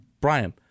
Brian